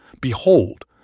Behold